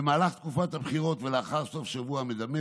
במהלך תקופת הבחירות ולאחר סוף שבוע מדמם